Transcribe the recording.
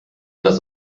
das